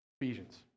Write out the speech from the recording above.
Ephesians